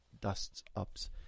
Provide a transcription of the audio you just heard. dusts-ups